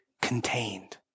contained